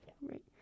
Right